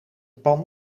pan